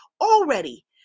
already